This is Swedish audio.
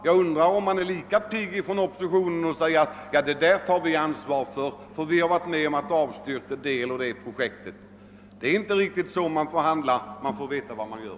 Jag undrar om man inom oppositionen är pigg på att säga: Detta tar vi ansvaret för, ty vi har varit med om att avstyrka det och det projektet. Det är inte riktigt så man får handla Man måste veta vad man gör.